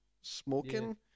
smoking